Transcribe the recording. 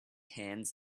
hands